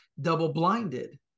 double-blinded